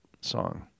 song